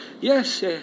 yes